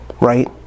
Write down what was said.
Right